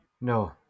No